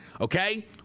Okay